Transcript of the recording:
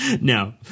No